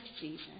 Jesus